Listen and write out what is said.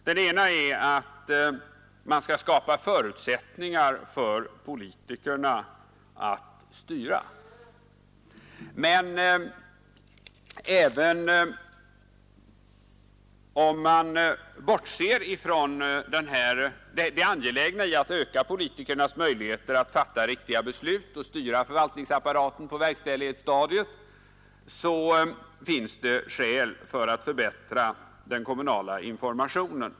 Ett av dem är att man skall skapa förutsättningar för politikerna att styra. Men även om man bortser från det angelägna i att öka politikernas möjligheter att fatta riktiga beslut och styra förvaltningsapparaten på verkställighetsstadiet finns det skäl att förbättra den kommunala informationen.